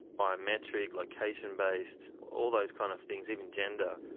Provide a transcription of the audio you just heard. biometric, location-based, all those kind of things, even gender,